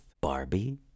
Barbie